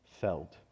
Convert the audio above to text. felt